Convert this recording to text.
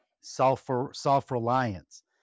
self-reliance